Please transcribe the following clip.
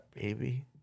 Baby